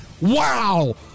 Wow